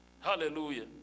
Hallelujah